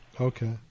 Okay